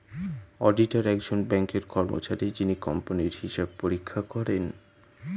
auditor একজন ব্যাঙ্কের কর্মচারী যিনি কোম্পানির হিসাব পরীক্ষা করেন